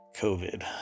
covid